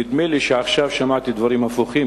נדמה לי שעכשיו שמעתי דברים הפוכים,